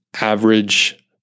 average